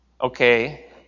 okay